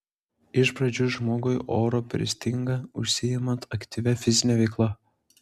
iš pradžių žmogui oro pristinga užsiimant aktyvia fizine veikla